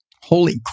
holy